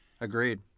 agreed